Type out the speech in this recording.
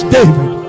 David